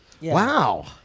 Wow